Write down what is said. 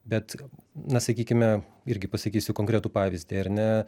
bet na sakykime irgi pasakysiu konkretų pavyzdį ar ne